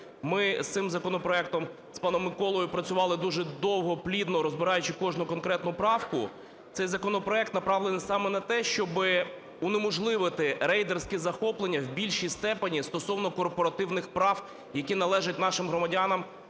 ми з цим законопроектом з паном Миколою працювали дуже довго, плідно, розбираючи кожну конкретну правку. Цей законопроект направлений саме на те, щоб унеможливити рейдерські захоплення, в більшій степені стосовно корпоративних прав, які належать нашим громадянам,